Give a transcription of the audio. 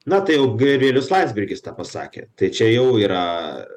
na tai jau gabrielius landsbergis tą pasakė tai čia jau yra